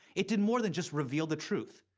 it did more than just reveal the truth.